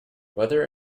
whether